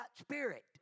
spirit